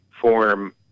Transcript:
form